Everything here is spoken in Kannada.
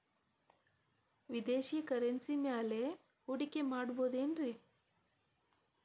ವಿದೇಶಿ ಕರೆನ್ಸಿ ಮ್ಯಾಲೆ ಹೂಡಿಕೆ ಮಾಡಬಹುದೇನ್ರಿ?